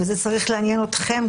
וזה צריך לעניין אתכם,